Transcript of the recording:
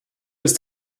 ist